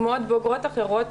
כמו עוד בוגרות אחרות,